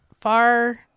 far